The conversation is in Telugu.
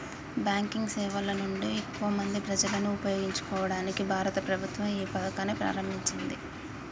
బ్యాంకింగ్ సేవల నుండి ఎక్కువ మంది ప్రజలను ఉపయోగించుకోవడానికి భారత ప్రభుత్వం ఏ పథకాన్ని ప్రారంభించింది?